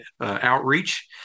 outreach